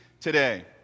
today